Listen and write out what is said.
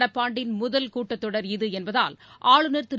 நடப்பாண்டின் முதல் கூட்டத் தொடர் இது என்பதால் ஆளுநர் திரு